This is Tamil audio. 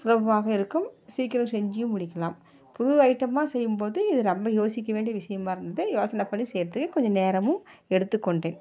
சுலபமாக இருக்கும் சீக்கிரம் செஞ்சியும் முடிக்கலாம் புது ஐட்டமாக செய்யும் போது இது ரொம்ப யோசிக்க வேண்டிய விஷயமாக இருந்தது யோசனை பண்ணி செய்கிறதுக்கு கொஞ்சம் நேரமும் எடுத்துக் கொண்டேன்